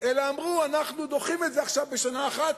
אלא אמרו: אנחנו דוחים את זה עכשיו בשנה אחת,